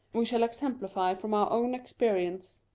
we shall exemplify from our own experience.